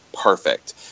perfect